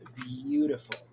beautiful